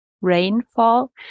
rainfall